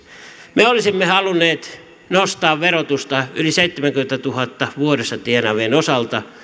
me olisimme halunneet nostaa verotusta yli seitsemässäkymmenessätuhannessa vuodessa tienaavien osalta